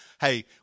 Hey